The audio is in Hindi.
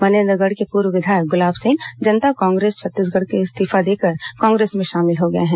मनेन्द्रगढ़ के पूर्व विधायक गुलाब सिंह जनता कांग्रेस छत्तीसंगढ़ से इस्तीफा देकर कांग्रेस में शामिल हो गए हैं